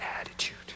attitude